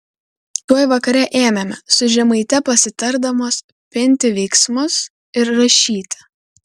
tuoj vakare ėmėme su žemaite pasitardamos pinti veiksmus ir rašyti